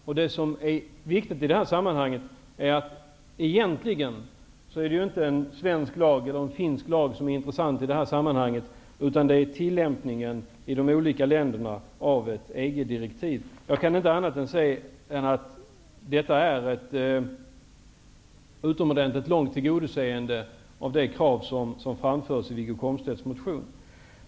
I det här sammanhanget är det egentligen inte den svenska eller den finska lagen som är intressant, utan det är tillämpningen av ett EG-direktiv i de olika länderna. Jag kan inte se annat än att det här är ett mycket långtgående tillgodoseende av de krav som framförs i Wiggo Komstedts motion.